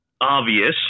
obvious